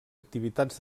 activitats